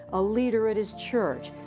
a leader at his church,